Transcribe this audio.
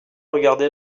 regarder